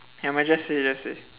never mind just say just say